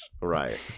Right